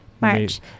March